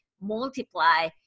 multiply